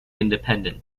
independent